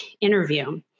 interview